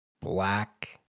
Black